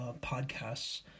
podcasts